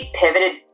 pivoted